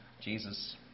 Jesus